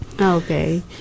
Okay